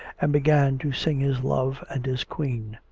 and began to sing his love and his queen.